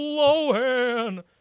Lohan